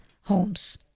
homes